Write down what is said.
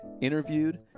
interviewed